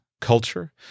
culture